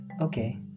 Okay